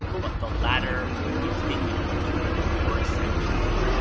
but the latter continues for a century.